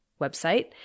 website